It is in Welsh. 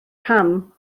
pam